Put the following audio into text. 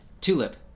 Tulip